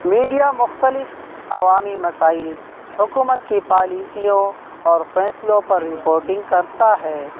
media مختلف عوامی مسائل حکومت کی پالیسیوں اور فیصلوں پر رپورٹنگ کرتا ہے